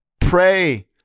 pray